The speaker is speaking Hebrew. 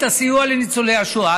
את הסיוע לניצולי השואה.